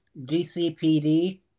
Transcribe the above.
DCPD